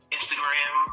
Instagram